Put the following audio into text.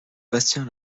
bastien